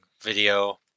video